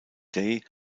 day